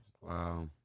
Wow